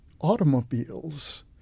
automobiles